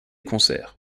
concerts